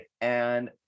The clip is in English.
and-